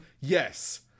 Yes